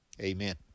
amen